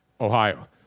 Ohio